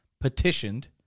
petitioned